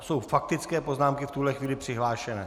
To jsou faktické poznámky v tuhle chvíli přihlášené.